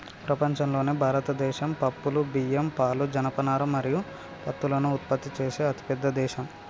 ప్రపంచంలోనే భారతదేశం పప్పులు, బియ్యం, పాలు, జనపనార మరియు పత్తులను ఉత్పత్తి చేసే అతిపెద్ద దేశం